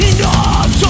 Enough